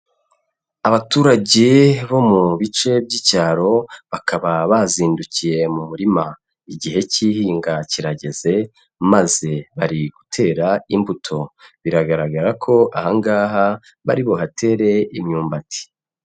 Abaturage bo mu bice by'icyaro, bakaba bazindukiye mu murima, igihe cy'ihinga kirageze maze bari gutera imbuto, biragaragara ko aha ngaha bari buhatere imyumbati.